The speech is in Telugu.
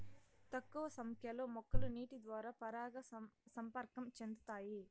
తక్కువ సంఖ్య లో మొక్కలు నీటి ద్వారా పరాగ సంపర్కం చెందుతాయి